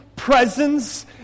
Presence